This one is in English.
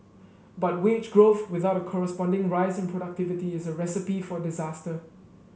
but wage growth without a corresponding rise in productivity is a recipe for disaster